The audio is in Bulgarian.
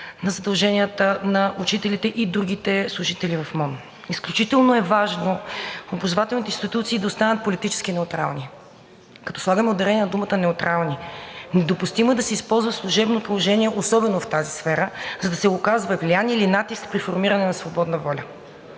на задълженията на учителите и другите служители в МОН. Изключително е важно образователните институции да останат политически неутрални, като слагам ударение на думата неутрални. Недопустимо е да се използва служебно положение, особено в тази сфера, за да се оказва влияние или натиск при формиране на свободна воля.